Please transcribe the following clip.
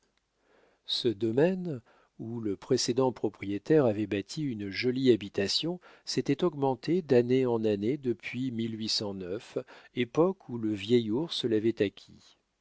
ce domaine où le précédent propriétaire avait bâti une jolie habitation s'était augmenté d'année en année depuis époque où le vieil ours l'avait acquis